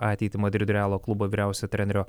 ateitį madrido realo klubo vyriausio trenerio